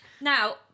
Now